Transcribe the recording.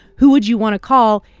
who would you want to call?